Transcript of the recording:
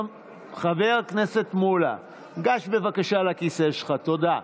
חבר הכנסת מולא, גש בבקשה לכיסא שלך, תודה.